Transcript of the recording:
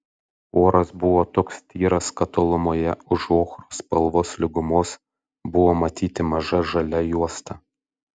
oras buvo toks tyras kad tolumoje už ochros spalvos lygumos buvo matyti maža žalia juosta